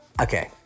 okay